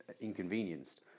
inconvenienced